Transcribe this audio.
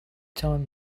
time